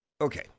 Okay